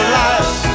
life